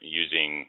using